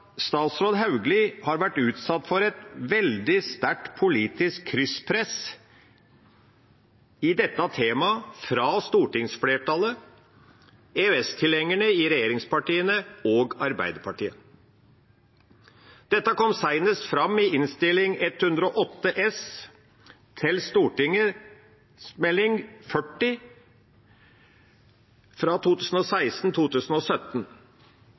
statsråd Hauglie har vært utsatt for et veldig sterkt politisk krysspress i dette temaet, fra stortingsflertallet, EØS-tilhengerne i regjeringspartiene og Arbeiderpartiet. Dette kom senest fram i Innst. 108 S for 2017–2018, til Meld. St. 40 for 2016–2017. Stortingsmeldinga kom 16. juni 2017,